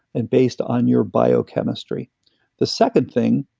and based on your biochemistry the second thing,